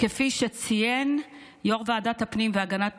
כפי שציין יו"ר ועדת הפנים והגנת